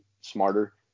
smarter